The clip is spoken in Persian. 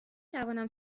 توانم